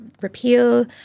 Repeal